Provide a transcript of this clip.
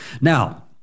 Now